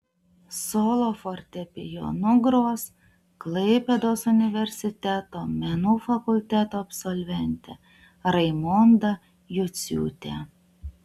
solo fortepijonu gros klaipėdos universiteto menų fakulteto absolventė raimonda juciūtė